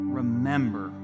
remember